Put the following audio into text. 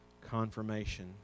confirmation